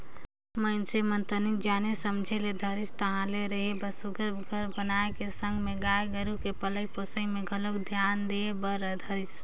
मइनसे मन तनिक जाने समझे ल धरिस ताहले रहें बर सुग्घर घर बनाए के संग में गाय गोरु कर पलई पोसई में घलोक धियान दे बर धरिस